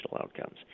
outcomes